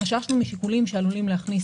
חששנו משיקולים שעלולים להכניס